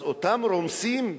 אז אותם רומסים?